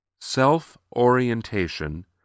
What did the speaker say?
Self-orientation